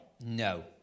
No